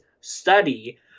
study